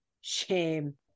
shame